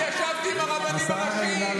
אני ישבתי עם הרבנים הראשיים,